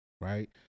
right